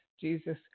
Jesus